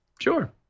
Sure